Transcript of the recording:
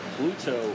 Pluto